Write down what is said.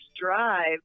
drive